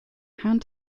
hand